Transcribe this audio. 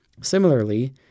Similarly